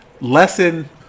lesson